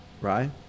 right